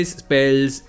spells